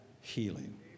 healing